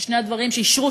שאישרו,